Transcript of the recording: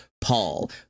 Paul